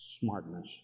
smartness